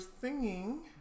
singing